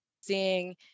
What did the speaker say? seeing